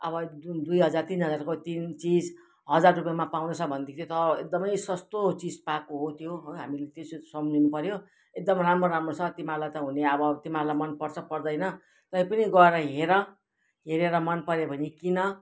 अब जुन दुई हजार तिन हजारको तिन चिज हजार रुपियाँमा पाउँदैछ भनेदेखि त एकदमै सस्तो चिज पाएको हो त्यो हामीले त्यसरी सम्झिनु पर्योे एकदम राम्रो राम्रो छ तिमीहरूलाई त हुने अब तिमीहरूलाई मनपर्छ पर्दैन तैपनि गएर हेर हेरेर मनपर्यो भने किन